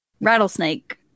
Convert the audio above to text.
rattlesnake